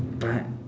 but